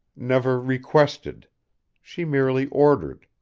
never requested she merely ordered.